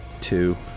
two